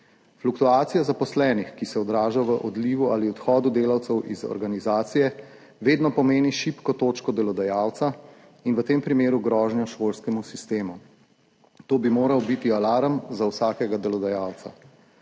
Fluktuacija zaposlenih, ki se odraža v odlivu ali odhodu delavcev iz organizacije, vedno pomeni šibko točko delodajalca in v tem primeru grožnjo šolskemu sistemu. To bi moral biti alarm za vsakega delodajalca.